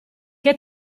che